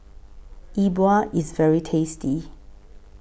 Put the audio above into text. Yi Bua IS very tasty